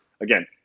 again